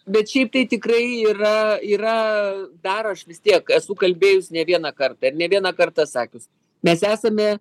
bet šiaip tai tikrai yra yra dar aš vis tiek esu kalbėjus ne vieną kartą ir ne vieną kartą sakius mes esame